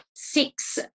six